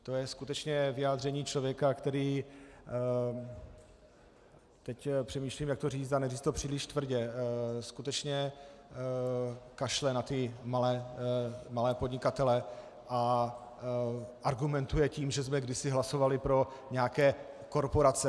To je skutečně vyjádření člověka, který, teď přemýšlím, jak to říct a neříct to příliš tvrdě, skutečně kašle na malé podnikatele a argumentuje tím, že jsme kdysi hlasovali pro nějaké korporace.